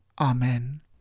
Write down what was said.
Amen